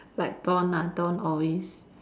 like dawn ah dawn always